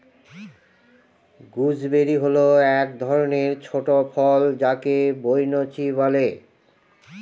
gooseberry হল এক ধরনের ছোট ফল যাকে বৈনচি বলে